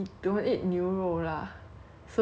so ya everytime after